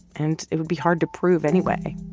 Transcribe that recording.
and it would be hard to prove, anyway.